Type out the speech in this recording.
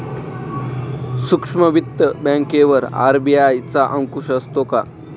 सूक्ष्म वित्त बँकेवर आर.बी.आय चा अंकुश असतो का?